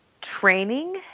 training